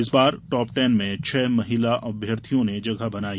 इस बार top ten में छह महिला अम्यर्थियों ने जगह बनाई